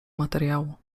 materiału